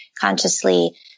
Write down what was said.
consciously